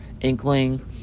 Inkling